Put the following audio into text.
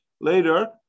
later